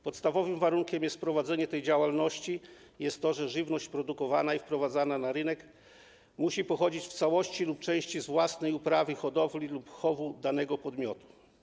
Podstawowym warunkiem prowadzenia tej działalności jest to, że żywność produkowana i wprowadzana na rynek musi pochodzić w całości lub w części z własnej uprawy, hodowli lub chowu danego podmiotu.